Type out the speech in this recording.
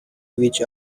which